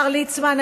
השר ליצמן,